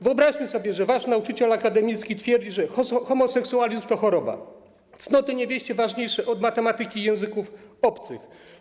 Wyobraźcie sobie, że wasz nauczyciel akademicki twierdzi, że homoseksualizm to choroba, cnoty niewieście są ważniejsze od matematyki i języków obcych,